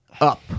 Up